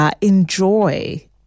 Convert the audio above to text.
enjoy